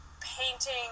painting